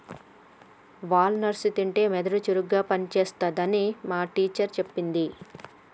wall nuts తింటే మెదడు చురుకుగా పని చేస్తది అని మా టీచర్ చెప్పింది